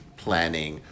planning